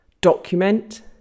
document